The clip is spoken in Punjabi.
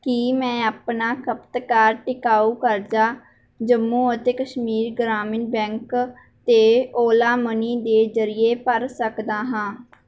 ਕੀ ਮੈਂ ਆਪਣਾ ਖਪਤਕਾਰ ਟਿਕਾਊ ਕਰਜ਼ਾ ਜੰਮੂ ਅਤੇ ਕਸ਼ਮੀਰ ਗ੍ਰਾਮੀਣ ਬੈਂਕ 'ਤੇ ਓਲਾ ਮਨੀ ਦੇ ਜ਼ਰੀਏ ਭਰ ਸਕਦਾ ਹਾਂ